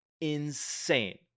insane